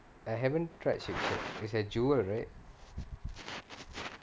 I haven't tried shake shack is at jewel right